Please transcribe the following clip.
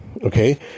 Okay